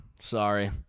sorry